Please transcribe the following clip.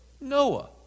Noah